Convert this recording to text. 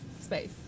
space